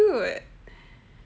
so cute